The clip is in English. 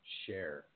share